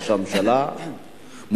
ראש הממשלה,